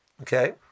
Okay